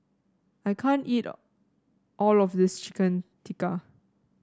I can't eat all of this Chicken Tikka